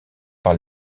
par